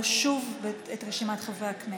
את רשימת חברי הכנסת.